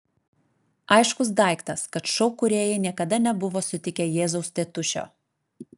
aiškus daiktas kad šou kūrėjai niekada nebuvo sutikę jėzaus tėtušio